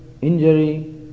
injury